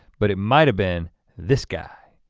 but it might have been this guy.